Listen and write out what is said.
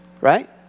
Right